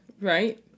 Right